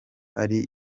ari